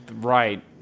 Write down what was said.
right